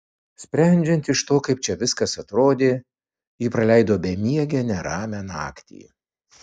sprendžiant iš to kaip čia viskas atrodė ji praleido bemiegę neramią naktį